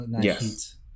Yes